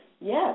Yes